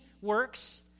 works